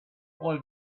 all